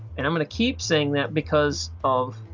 and i'm going to keep saying that because of